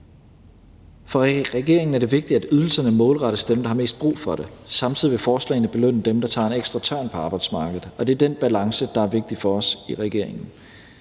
For regeringen er det vigtigt, at ydelserne målrettes dem, der har mest brug for det. Samtidig vil forslagene belønne dem, der tager en ekstra tørn på arbejdsmarkedet. Og det er den balance, der er vigtig for os i regeringen.